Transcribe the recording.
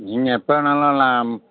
நீங்கள் எப்போ வேணுனாலும் வரலாம்